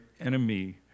enemy